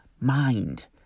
mind